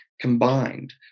combined